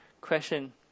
question